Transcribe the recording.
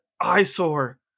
eyesore